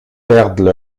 perdent